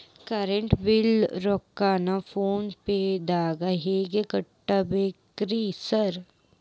Current bill ರೊಕ್ಕಾನ phone ಪೇದಾಗ ಹೆಂಗ್ ಕಟ್ಟಬೇಕ್ರಿ ಸರ್?